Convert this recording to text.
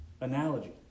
analogy